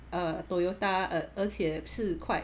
err Toyota uh 而且是 quite